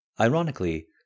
Ironically